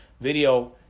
video